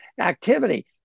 activity